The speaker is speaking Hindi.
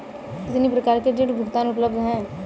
कितनी प्रकार के ऋण भुगतान उपलब्ध हैं?